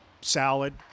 salad